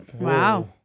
Wow